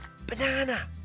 banana